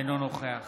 אינו נוכח